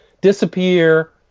disappear